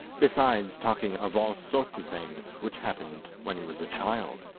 besides talking of all sorts of things which happened when he was a child.